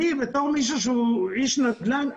אני כמי שהוא איש נדל"ן,